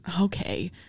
okay